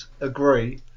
agree